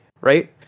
right